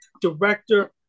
director